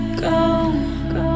go